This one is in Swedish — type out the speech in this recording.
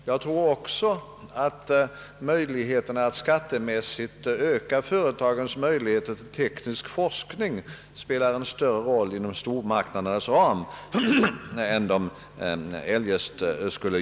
Jag tror också att en genom skattepolitiken åstadkommen förbättring av företagens möjligheter ati bedriva teknisk forskning spelar en större roll inom en stormarknads ram än eljest.